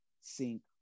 Sink